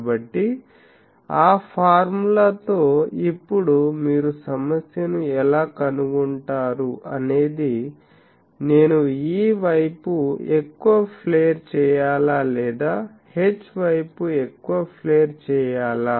కాబట్టి ఆ ఫార్ములాతో ఇప్పుడు మీరు సమస్యను ఎలా కనుగొంటారు అనేది నేను E వైపు ఎక్కువ ప్లేర్ చేయాలా లేదా H వైపు ఎక్కువ ప్లేర్ చేయాలా